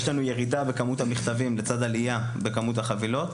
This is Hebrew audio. יש לנו ירידה בכמות המכתבים לצד עלייה בכמות החבילות,